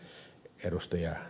kumpula natri